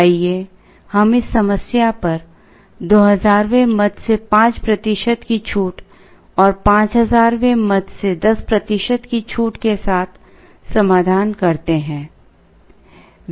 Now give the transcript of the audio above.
आइए हम इस समस्या पर 2000 वें मद से 5 प्रतिशत की छूट और 5000 वें मद से 10 प्रतिशत की छूट के साथ समाधान करते हैं